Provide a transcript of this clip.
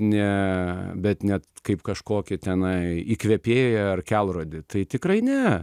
ne bet ne kaip kažkokį tenai įkvėpėją ar kelrodį tai tikrai ne